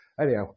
Anyhow